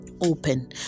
Open